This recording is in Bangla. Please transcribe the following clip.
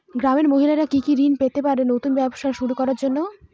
গ্রামের মহিলারা কি কি ঋণ পেতে পারেন নতুন ব্যবসা শুরু করার জন্য?